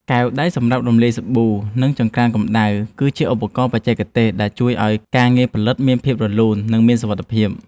កែវដែកសម្រាប់រំលាយសាច់សាប៊ូ និងចង្ក្រានកម្ដៅ គឺជាឧបករណ៍បច្ចេកទេសដែលជួយឱ្យការងារផលិតមានភាពរលូន និងមានសុវត្ថិភាព។